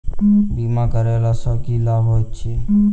बीमा करैला सअ की लाभ होइत छी?